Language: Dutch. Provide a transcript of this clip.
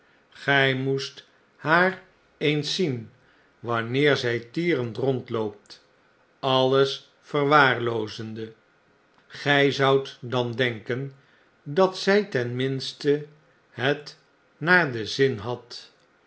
jg moest haar eens zien wanneer zij tierend rondloopt alles verwaarloozende gijzoudt dan denken dat zg ten minste het naar den zin had